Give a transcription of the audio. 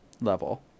level